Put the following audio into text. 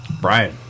Brian